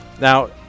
Now